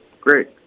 Great